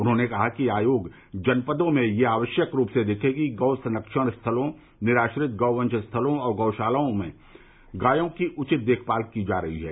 उन्होंने कहा कि आयोग जनपदों में यह आवश्यक रूप से देखे कि गौ संरक्षण स्थलों निराश्रित गौवंश स्थलों और गौशालाओं में गायों की उचित देखभाल की जा रही है